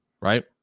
right